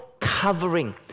covering